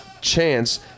chance